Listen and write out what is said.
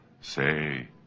Say